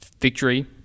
Victory